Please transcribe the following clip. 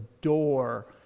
door